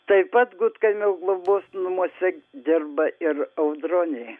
taip pat gudkaimio globos namuose dirba ir audronė